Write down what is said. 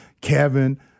Kevin